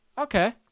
Okay